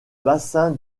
bassin